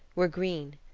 were green.